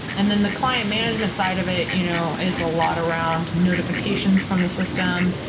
and then the client management side of it you know is a lot around um notifications from the system,